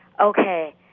Okay